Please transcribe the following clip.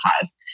cause